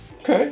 Okay